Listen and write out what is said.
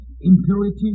impurity